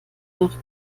nach